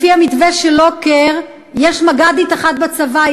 לפי המתווה של לוקר, יש מג"דית אחת בצבא.